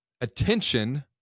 attention